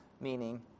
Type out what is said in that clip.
meaning